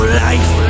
life